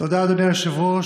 תודה, אדוני היושב-ראש.